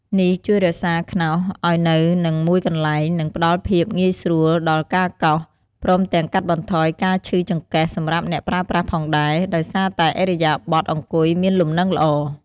នេះជួយរក្សាខ្នោសឲ្យនៅនឹងមួយកន្លែង និងផ្តល់ភាពងាយស្រួលដល់ការកោស ព្រមទាំងកាត់បន្ថយការឈឺចង្កេះសម្រាប់អ្នកប្រើប្រាស់ផងដែរ ដោយសារតែឥរិយាបថអង្គុយមានលំនឹងល្អ។